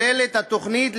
על כך כוללת התוכנית,